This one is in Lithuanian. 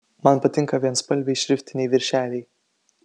man patinka vienspalviai šriftiniai viršeliai